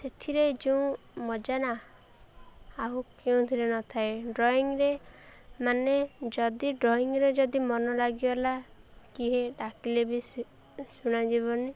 ସେଥିରେ ଯେଉଁ ମଜାନା ଆଉ କେଉଁଥିରେ ନଥାଏ ଡ୍ରଇଂରେ ମାନେ ଯଦି ଡ୍ରଇଂରେ ଯଦି ମନ ଲାଗିଗଲା କେହି ଡାକିଲେ ବି ଶୁଣା ଯିବନି